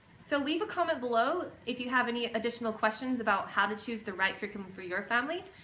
so leave a comment below if you have any additional questions about how to choose the right curriculum for your family.